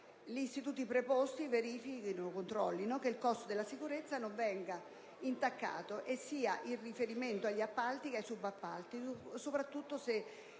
Gli istituti preposti controllino che il costo della sicurezza non venga intaccato, sia in riferimento agli appalti che ai subappalti, soprattutto se